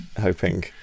hoping